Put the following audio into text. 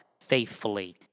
faithfully